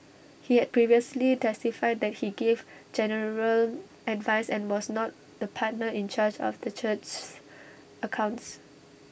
he had previously testified that he gave general advice and was not the partner in charge of the church's accounts